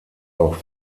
auch